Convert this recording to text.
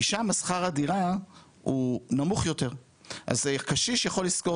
כי שם שכר הדירה הוא נמוך יותר אז קשיש יכול לשכור